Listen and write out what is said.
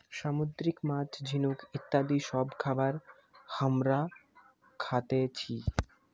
সামুদ্রিক মাছ, ঝিনুক ইত্যাদি সব খাবার হামরা খাতেছি